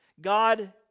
God